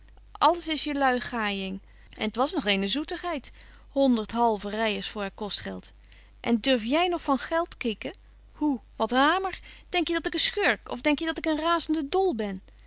alles is jelui gaaijing en t was nog eene zoetigheid honderd halve ryers voor haar kostgeld en durf jy nog van geld kikken hoe wat hamer denk je dat ik een schurk of denk je dat ik razende dol ben